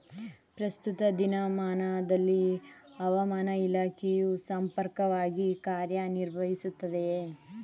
ಪ್ರಸ್ತುತ ದಿನಮಾನದಲ್ಲಿ ಹವಾಮಾನ ಇಲಾಖೆಯು ಸಮರ್ಪಕವಾಗಿ ಕಾರ್ಯ ನಿರ್ವಹಿಸುತ್ತಿದೆಯೇ?